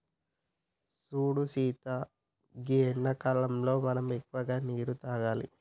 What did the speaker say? సూడు సీత గీ ఎండాకాలంలో మనం ఎక్కువగా నీరును తాగాలి